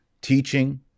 teaching